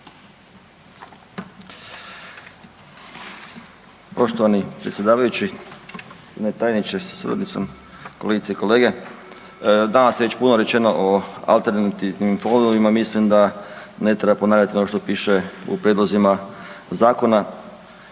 Poštovani predsjedavajući, državni tajniče sa suradnicom, kolegice i kolege. Danas je već puno rečeno o alternativnim fondovima, mislim da ne treba ponavljati ono što piše u prijedlozima zakona.